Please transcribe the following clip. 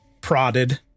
prodded